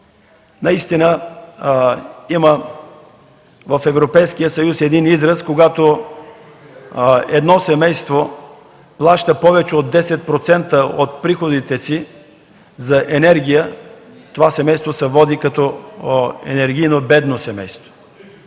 Наистина в Европейския съюз има един израз, че когато едно семейство плаща повече от 10% от приходите си за енергия, то се води енергийно бедно семейство.